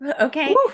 Okay